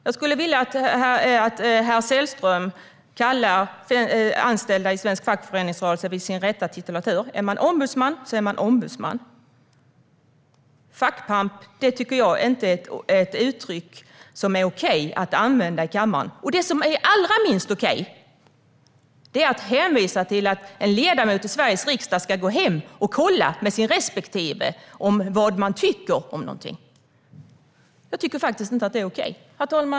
Jag skulle vilja att herr Sällström kallar anställda i svensk fackföreningsrörelse vid deras rätta titulatur. Är man ombudsman är man ombudsman. "Fackpamp" tycker jag inte är ett uttryck som är okej att använda i kammaren. Det som är allra minst okej är att hänvisa till att en ledamot i Sveriges riksdag ska gå hem och kolla med sin respektive vad man tycker om någonting. Jag tycker faktiskt inte att det är okej. Herr talman!